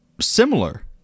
Similar